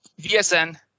VSN